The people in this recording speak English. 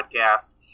podcast